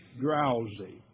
drowsy